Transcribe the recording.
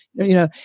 you know,